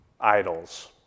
idols